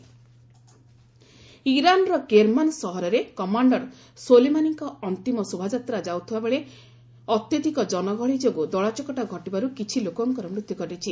Iran stampede ଇରାନର Kerman ସହରରେ commander ସୋଲେମାନିଙ୍କ ଅନ୍ତିମ ଶୋଭାଯାତ୍ରା ଯାଉଥିବା ବେଳେ ଅତ୍ୟଧିକ ଗହଳି ଯୋଗୁଁ ଦଳାଚକଟା ଘଟିବାରୁ କିଛି ଲୋକଙ୍କର ମୃତ୍ୟୁ ଘଟିଛି